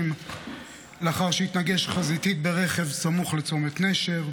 לאחר שהתנגש חזיתית ברכב סמוך לצומת נשר.